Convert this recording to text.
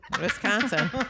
wisconsin